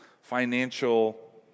financial